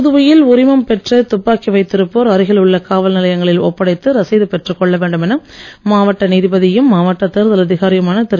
புதுவையில் உரிமம் பெற்ற துப்பாக்கி வைத்திருப்போர் அருகில் உள்ள காவல் நிலையங்களில் ஒப்படைத்து ரசீது பெற்றுக் கொள்ள வேண்டும் என மாவட்ட நீதிபதியும் மாவட்ட தேர்தல் அதிகாரியுமான திரு